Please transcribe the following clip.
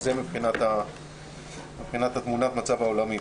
זה מבחינת תמונת המצב העולמית.